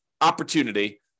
opportunity